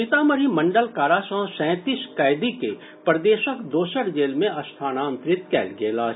सीतामढ़ी मंडल कारा सॅ सैंतीस कैदी के प्रदेशक दोसर जेल मे स्थानांतरित कयल गेल अछि